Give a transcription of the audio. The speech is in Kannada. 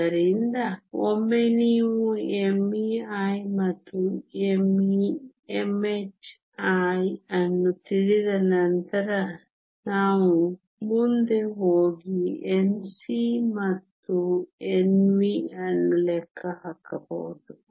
ಆದ್ದರಿಂದ ಒಮ್ಮೆ ನೀವು mei ಮತ್ತು mei ಅನ್ನು ತಿಳಿದ ನಂತರ ನಾವು ಮುಂದೆ ಹೋಗಿ Nc ಮತ್ತು Nv ಅನ್ನು ಲೆಕ್ಕ ಹಾಕಬಹುದು